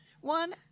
One